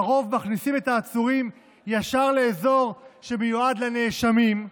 לרוב מכניסים את העצורים ישר לאזור שמיועד לנאשמים,